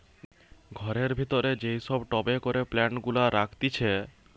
ঘরের ভিতরে যেই সব টবে করে প্লান্ট গুলা রাখতিছে